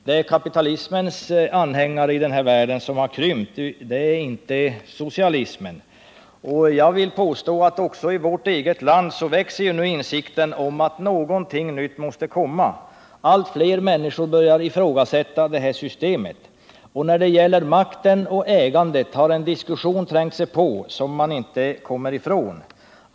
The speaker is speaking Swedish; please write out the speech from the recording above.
Det är kapitalismens skara av anhängare i den här världen som har krympt, det är inte socialismens, och jag vill påstå att också i vårt eget land växer nu insikten om att någonting nytt måste komma. Allt fler människor börjar ifrågasätta det nuvarande systemet. När det gäller makten och ägandet har en diskussion trängt sig på som man inte kommer ifrån.